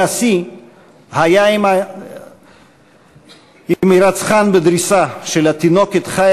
והשיא היה עם הירצחן בדריסה של התינוקת חיה